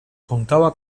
contaba